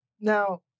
Now